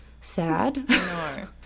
sad